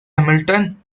hamilton